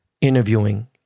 interviewing